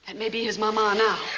that may be his mama now.